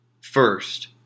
First